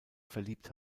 verliebt